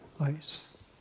ice